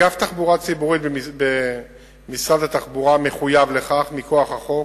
אגף תחבורה ציבורית במשרד התחבורה מחויב לכך מכוח החוק.